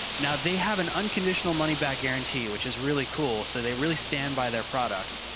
now they have an unconditional money back guarantee, which is really cool. so they really stand by their product.